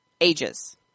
ages